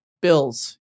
bills